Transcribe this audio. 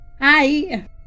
Hi